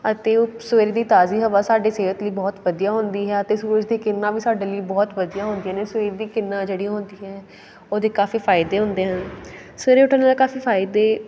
ਅਤੇ ਉਹ ਸਵੇਰੇ ਦੀ ਤਾਜ਼ੀ ਹਵਾ ਸਾਡੇ ਸਿਹਤ ਲਈ ਬਹੁਤ ਵਧੀਆ ਹੁੰਦੀ ਹੈ ਅਤੇ ਸੂਰਜ ਦੀ ਕਿਰਨਾਂ ਵੀ ਸਾਡੇ ਲਈ ਬਹੁਤ ਵਧੀਆ ਹੁੰਦੀਆਂ ਨੇ ਸਵੇਰ ਦੀ ਕਿਰਨਾਂ ਜਿਹੜੀ ਹੁੰਦੀਆਂ ਹੈ ਉਹਦੇ ਕਾਫ਼ੀ ਫ਼ਾਇਦੇ ਹੁੰਦੇ ਹਨ ਸਵੇਰੇ ਉੱਠਣ ਨਾਲ ਕਾਫ਼ੀ ਫ਼ਾਇਦੇ